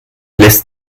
lässt